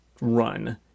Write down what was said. run